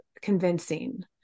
convincing